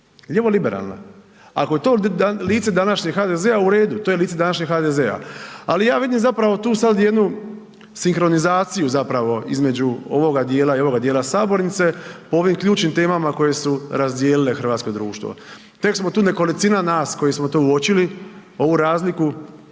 lijevo liberalna. Ako je to lice današnjeg HDZ-a, u redu, to je lice današnjeg HDZ-a. Ali, ja vidim zapravo tu sad jednu sinkronizaciju zapravo između ovoga dijela i ovoga dijela sabornice po ovim ključnim temama koje su razdijelile hrvatsko društvo. Tek smo tu nekolicina nas koji smo to uočili, ovu razliku,